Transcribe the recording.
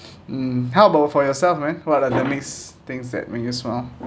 mm how about for yourself man what are the makes things that make you smile